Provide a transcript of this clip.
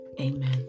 Amen